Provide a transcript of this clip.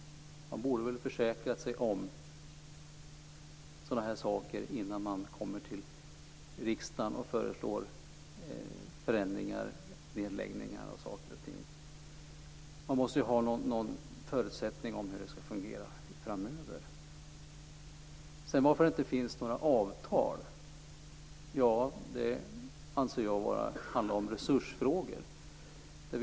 Man borde väl försäkrat sig om sådana här saker innan man kommer till riksdagen och föreslår förändringar och nedläggningar? Man måste väl ha någon uppfattning om hur det skall fungera framöver. När det gäller varför det inte finns några avtal, anser jag att det är en resursfråga.